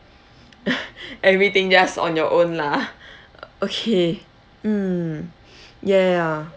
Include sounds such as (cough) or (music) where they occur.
(laughs) everything just on your own lah (laughs) okay mm (breath) ya ya ya